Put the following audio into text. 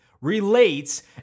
relates